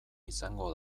izango